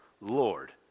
Lord